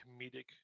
comedic